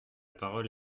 parole